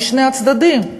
משני הצדדים: